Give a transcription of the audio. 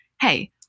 hey